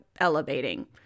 elevating